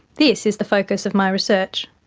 this is the focus of my research.